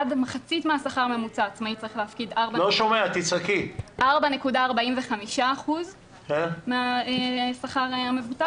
עד מחצית מהשכר הממוצע עצמאי צריך להפקיד 4.45% מהשכר הממוצע.